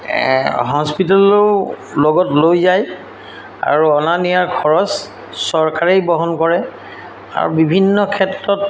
হস্পিটেললৈও লগত লৈ যায় আৰু অনা নিয়াৰ খৰচ চৰকাৰেই বহন কৰে আৰু বিভিন্ন ক্ষেত্ৰত